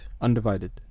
Undivided